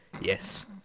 Yes